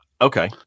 Okay